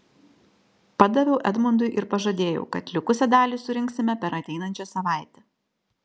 padaviau edmundui ir pažadėjau kad likusią dalį surinksime per ateinančią savaitę